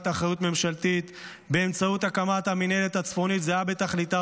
אחריות ממשלתית באמצעות הקמת מינהלת צפונית הזהה בתכליתה